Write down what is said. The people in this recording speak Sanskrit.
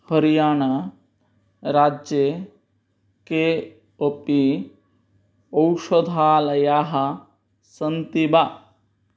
हरियाणा राज्ये केऽपि औषधालयाः सन्ति वा